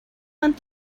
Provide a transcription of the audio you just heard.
hunt